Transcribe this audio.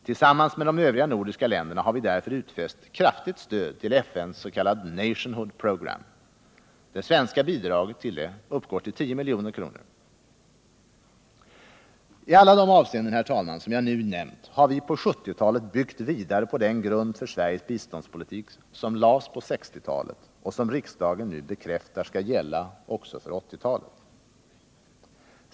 Tillsammans med de övriga nordiska länderna har vi därför utfäst kraftigt stöd till FN:s s.k. Nationhood Programme. Det svenska bidraget uppgår till 10 milj.kr. I alla de avseenden jag nu nämnt har vi på 1970-talet byggt vidare på den grund för Sveriges biståndspolitik som lades på 1960-talet och som riksdagen nu bekräftar skall gälla också för 1980-talet.